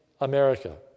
America